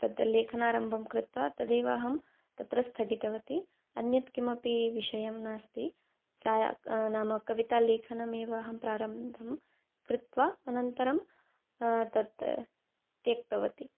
तद् लेखनारम्भं कृत्वा तदेव अहं तत्र स्थगितवती अन्यत् किमपि विषयं नास्ति सा नाम कवितालेखनमेव अहं प्रारम्भं कृत्वा अनन्तरं तत् त्यक्तवती